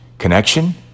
Connection